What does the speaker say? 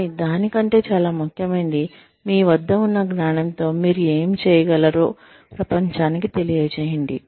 కానీ దాని కంటే చాలా ముఖ్యమైనది మీ వద్ద ఉన్న జ్ఞానంతో మీరు ఏమి చేయగలరో ప్రపంచానికి తెలియజేయండి